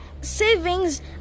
Savings